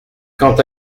quand